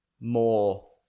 more